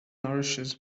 nourishes